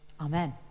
Amen